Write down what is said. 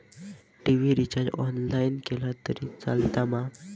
TV recharge online केला तरी चलात मा?